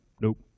nope